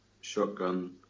shotgun